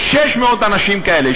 יש 600 אנשים כאלה,